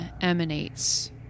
emanates